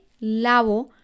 lavo